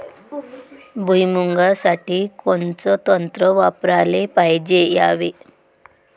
भुइमुगा साठी कोनचं तंत्र वापराले पायजे यावे?